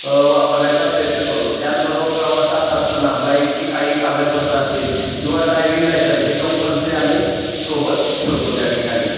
वापरण्याचा प्रयत्न करतो त्याचबरोबर प्रवासात असताना बाईकची काही कागदपत्र असतील किंवा ड्रायविंग लायसन हे कंपल्सरी आम्ही सोबत ठेवतो त्या ठिकाणी